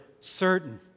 certain